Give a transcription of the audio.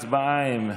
תוצאות ההצבעה הן 20,